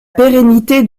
pérennité